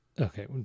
okay